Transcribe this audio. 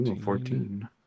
Fourteen